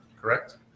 correct